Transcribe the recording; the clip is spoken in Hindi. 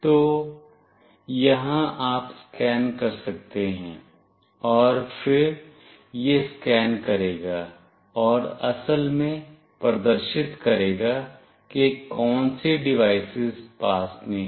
तो यहां आप स्कैन कर सकते हैं और फिर यह स्कैन करेगा और असल में प्रदर्शित करेगा कि कौनसी डिवाइसस पास में हैं